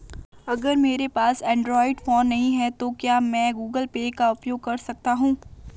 अगर मेरे पास एंड्रॉइड फोन नहीं है तो क्या मैं गूगल पे का उपयोग कर सकता हूं?